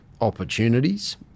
opportunities